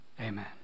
Amen